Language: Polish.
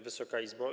Wysoka Izbo!